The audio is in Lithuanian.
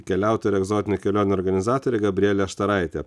keliautoja ir egzotinių kelionių organizatorė gabrielė štaraitė